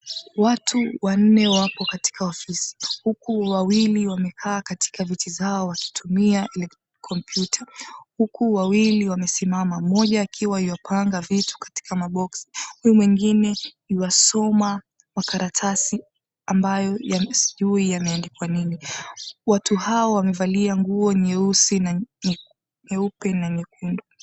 Watu wanne wako katika ofisi huku wawili wamekaa katika viti zao wakitumia kompyuta huku wawili wamesimama; mmoja akiwa yuapanga vitu katika maboksi huku mwingine yuasoma makaratasi ambayo sijui yameandikwa nini. Watu hao wamevalia nguo nyeusi, nyeupe, na nyekundu.